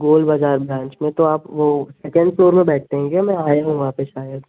गोल Bazar branch में तो आप वह सेकंड फ्लोर में बैठते हैं क्या मैं आया हूँ वहाँ पर शायद